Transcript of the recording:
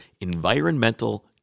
environmental